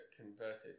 converted